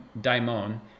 daimon